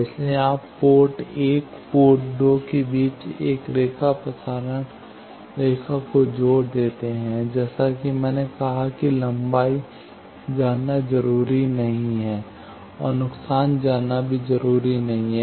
इसलिए आप पोर्ट 1 और पोर्ट 2 के बीच एक रेखा प्रसारण रेखा का जोड़ देखते हैं जैसा कि मैंने कहा कि लंबाई जानना जरूरी नहीं है और नुकसान जानना भी जरूरी नहीं है